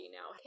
now